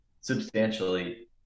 substantially